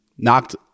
knocked